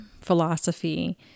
philosophy